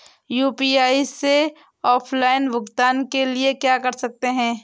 UPI से offline भुगतान के लिए क्या कर सकते हैं?